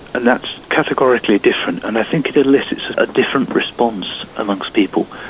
and that's categorically different, and i think it elicits a different response amongst people.